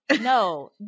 No